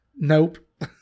Nope